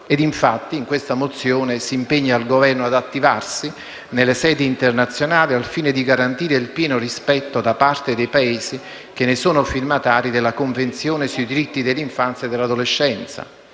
Infatti in questa mozione si chiede al Governo di attivarsi, nelle sedi internazionali, al fine di garantire il pieno rispetto, da parte dei Paesi che ne sono firmatari, della Convenzione sui diritti dell'infanzia e dell'adolescenza;